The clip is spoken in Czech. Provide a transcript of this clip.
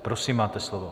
Prosím, máte slovo.